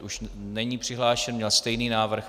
Už není přihlášen, měl stejný návrh.